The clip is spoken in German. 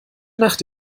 nacht